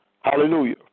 Hallelujah